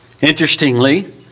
Interestingly